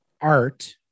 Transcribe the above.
art